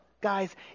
guys